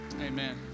amen